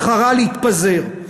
בחרה להתפזר.